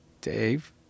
dave